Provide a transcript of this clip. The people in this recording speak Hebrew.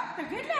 מה, תגיד לי?